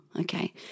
okay